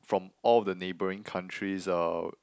from all the neighbouring countries or